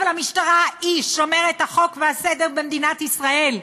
אבל המשטרה היא שומרת החוק והסדר במדינת ישראל.